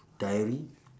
diary